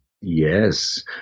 Yes